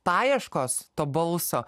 paieškos to balso